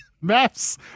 Maps